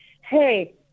hey